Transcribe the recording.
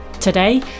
today